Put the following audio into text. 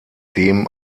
dem